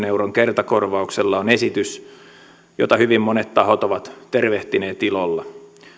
euron kertakorvauksella on esitys jota hyvin monet tahot ovat tervehtineet ilolla